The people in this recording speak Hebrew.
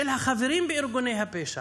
של החברים בארגוני הפשע,